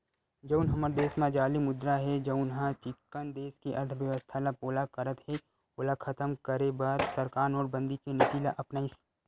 जउन हमर देस म जाली मुद्रा हे जउनहा चिक्कन देस के अर्थबेवस्था ल पोला करत हे ओला खतम करे बर सरकार नोटबंदी के नीति ल अपनाइस